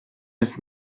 neuf